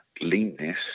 leanness